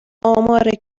آمار